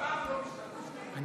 אביגדור ליברמן, אינו